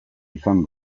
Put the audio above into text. izan